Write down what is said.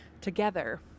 together